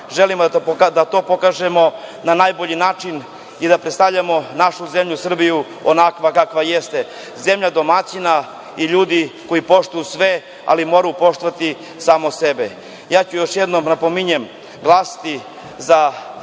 želimo da to pokažemo na najbolji način i da predstavljamo našu zemlju Srbiju onakvu kakva jeste, zemlja domaćina i ljudi koji poštuju sve, ali moraju poštovati samo sebe. Još jednom napominjem, glasaću za